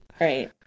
Right